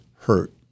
hurt